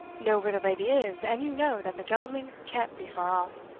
know where the lady is, and you know that the gentleman can't be far off.